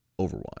Overwatch